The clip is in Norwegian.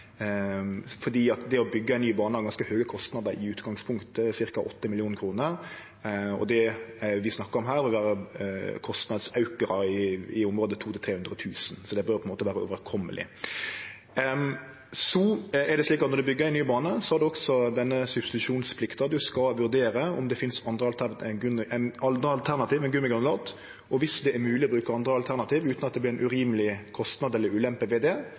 Det å byggje ei ny bane har ganske høge kostnader i utgangspunktet, ca. 8 mill. kr. Og det vi snakkar om her, vil vere ein kostnadsauke i området 200 000–300 000 kr. Så det bør vere overkomeleg. Når ein byggjer ei ny bane, har ein også denne substitusjonsplikta. Ein skal vurdere om det finst andre alternativ enn gummigranulat. Og om det er mogeleg å bruke andre alternativ utan at det vert ein urimeleg kostnad eller ulempe